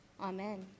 amen